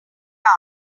hour